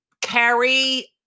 carry